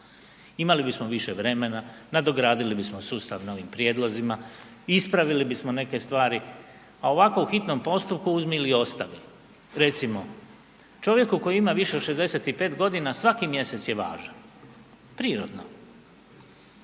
Imali bismo više vremena, nadogradili bismo sustav novim prijedlozima, ispravili bismo neke stvari, a ovako u hitnom postupku uzmi ili ostavi. Recimo, čovjeku koji ima više od 65 g., svaki mjesec je važan, prirodno.